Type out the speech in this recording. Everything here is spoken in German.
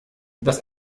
das